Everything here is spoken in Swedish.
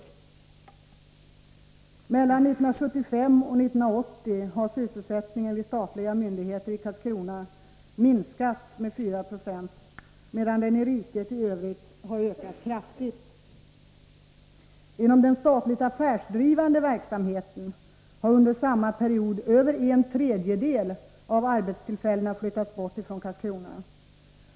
Mellan 1975 och 1980 har sysselsättningen vid statliga myndigheter i Karlskrona minskat med 4 96, medan den i riket i övrigt har ökat kraftigt. Inom den statliga affärsdrivande verksamheten har under samma tidsperiod över en tredjedel av arbetstillfällena flyttats bort från Karlskrona.